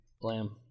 Blam